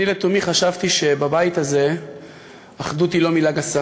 אני לתומי חשבתי שבבית הזה אחדות היא לא מילה גסה